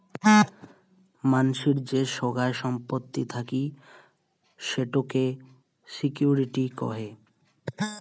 মানসির যে সোগায় সম্পত্তি থাকি সেটোকে সিকিউরিটি কহে